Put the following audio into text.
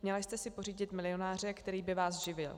Měla jste si pořídit milionáře, který by vás živil.